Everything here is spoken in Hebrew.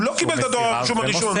הוא לא קיבל את הדואר הרשום הראשון.